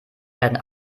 werden